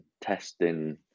testing